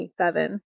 27